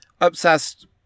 obsessed